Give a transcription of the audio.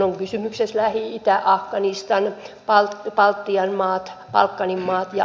on kysymyksessä lähi itä afganistan balkanin maat ja afrikka